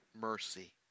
mercy